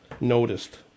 noticed